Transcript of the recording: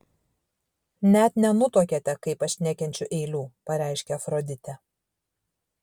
net nenutuokiate kaip aš nekenčiu eilių pareiškė afroditė